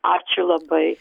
ačiū labai